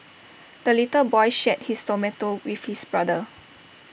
the little boy shared his tomato with his brother